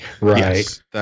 Right